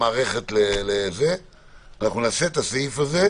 אנחנו נעשה את הסעיף הזה,